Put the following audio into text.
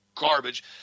garbage